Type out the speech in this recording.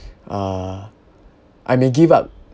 uh I may give up